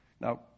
Now